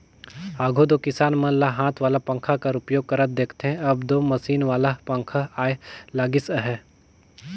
आघु दो किसान मन ल हाथ वाला पंखा कर उपयोग करत देखथे, अब दो मसीन वाला पखा आए लगिस अहे